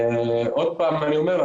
ועוד פעם אני אומר,